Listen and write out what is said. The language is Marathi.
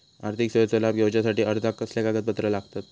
आर्थिक सेवेचो लाभ घेवच्यासाठी अर्जाक कसले कागदपत्र लागतत?